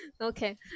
Okay